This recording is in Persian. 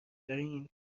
دارین